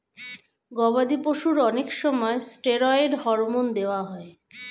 গবাদি পশুর অনেক সময় স্টেরয়েড হরমোন দেওয়া হয়